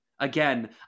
Again